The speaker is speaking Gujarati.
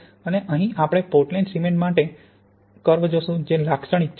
અને અહીં આપણે પોર્ટલેન્ડ સિમેન્ટ માટે કર્વ જોશું જે લાક્ષણિક છે